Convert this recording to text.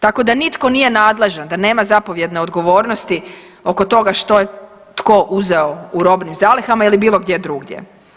Tako da nitko nije nadležan, da nema zapovjedne odgovornosti oko toga što je tko uzeo u robnim zalihama ili bilo gdje drugdje.